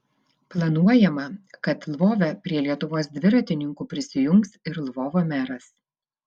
planuojama kad lvove prie lietuvos dviratininkų prisijungs ir lvovo meras